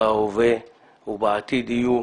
יש בהווה ובעתיד יהיו,